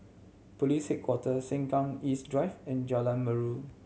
Police Headquarters Sengkang East Drive and Jalan Merdu